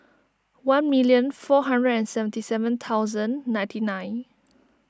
one million four hundred and seventy seven thousand ninety nine